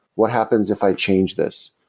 what happens if i change this?